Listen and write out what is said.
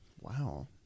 Wow